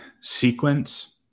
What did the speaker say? sequence